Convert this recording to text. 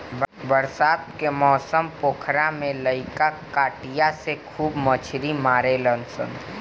बरसात के मौसम पोखरा में लईका कटिया से खूब मछली मारेलसन